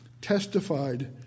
testified